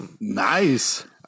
Nice